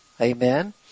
amen